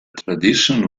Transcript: tradition